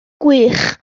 gwych